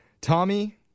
Tommy